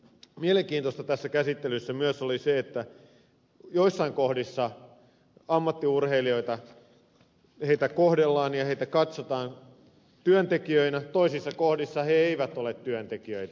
mielenkiintoista tässä käsittelyssä myös oli se että joissain kohdissa ammattiurheilijoita kohdellaan ja katsotaan työntekijöinä toisissa kohdissa he eivät ole työntekijöitä